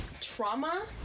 trauma